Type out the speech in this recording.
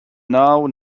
now